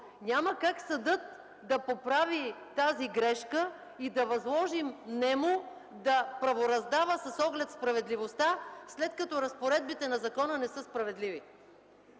няма как съдът да поправи тази грешка и да възложим нему да правораздава с оглед справедливостта, след като разпоредбите на закона не са справедливи.